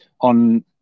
on